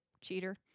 Cheater